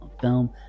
film